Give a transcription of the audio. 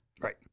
Right